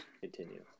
Continue